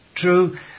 True